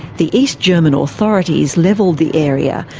the east german authorities levelled the area,